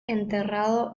enterrado